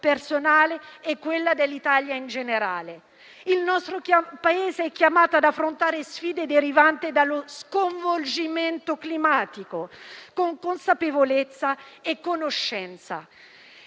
personale e quella dell'Italia in generale. Il nostro Paese è chiamato ad affrontare le sfide derivanti dallo sconvolgimento climatico con consapevolezza e conoscenza.